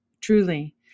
truly